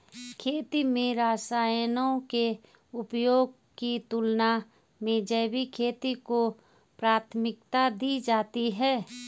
खेती में रसायनों के उपयोग की तुलना में जैविक खेती को प्राथमिकता दी जाती है